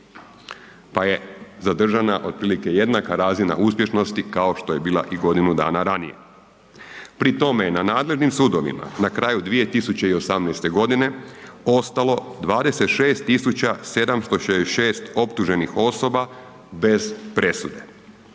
pa je zadržana otprilike jednaka razina uspješnosti kao što je bila i godinu dana ranije. Pri tome je na nadležnim sudovima na kraju 2018.g. ostalo 26766 optuženih osoba bez presude.